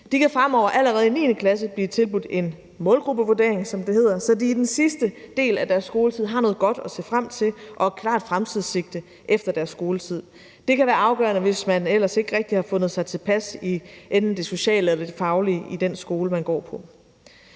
De kan fremover allerede i 9. klasse blive tilbudt en målgruppevurdering, som det hedder, så de i den sidste del af deres skoletid har noget godt at se frem til og et klart fremtidssigte efter deres skoletid. Det kan være afgørende, hvis man ellers ikke rigtig har fundet sig tilpas i enten det sociale eller det faglige i den skole, man går på.